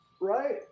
right